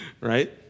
Right